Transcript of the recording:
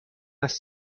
است